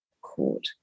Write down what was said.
court